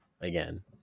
again